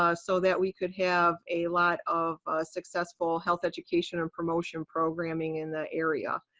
ah so that we could have a lot of successful health education and promotion programming in the area.